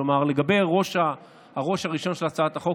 כלומר לגבי הראש הראשון של הצעת החוק,